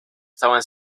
estaban